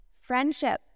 Friendship